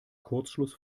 kurzschluss